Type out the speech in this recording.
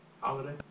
holiday